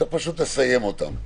צריך פשוט לסיים אותם.